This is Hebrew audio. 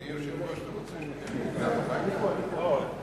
אדוני היושב-ראש, כנסת נכבדה, חוק חינוך ממלכתי